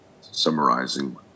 summarizing